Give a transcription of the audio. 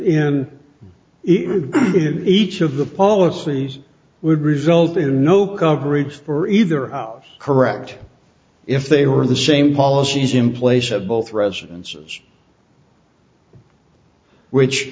even each of the policies would result in no coverage for either correct if they were the same policies in place of both residences which